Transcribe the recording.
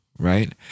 Right